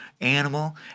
animal